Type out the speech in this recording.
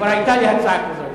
כבר היתה לי הצעה כזאת.